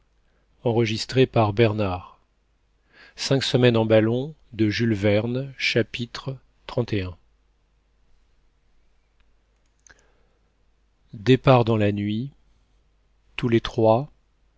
toujours chapitre xxxi départ dans la nuit tous les trois